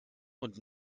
und